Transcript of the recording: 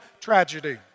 tragedy